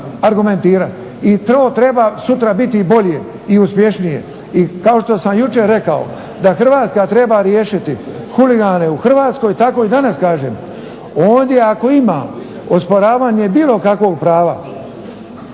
argumentirati. I to treba sutra biti bolje i uspješnije. I kao što sam jučer rekao da Hrvatska treba riješiti huligane u Hrvatskoj tako i danas kažem ondje ako ima osporavanja bilo kakvog prava